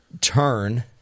turn